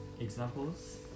examples